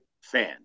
fan